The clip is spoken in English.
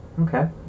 Okay